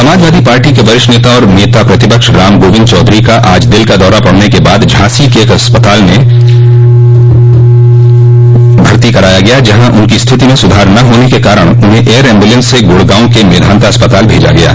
Samajwadi party के वरिष्ठ नेता और नेता प्रतिपक्ष रामगोविंद चौधरी को आज दिल का दौरा पड़ने के बाद झांसी के एक अस्पताल में भर्ती कराया गया जहां उनकी स्थिति में सुधार न होने के कारण उन्हें एयर एम्बुलेंस से गुड़गांव के मेधांता अस्पताल भेजा गया है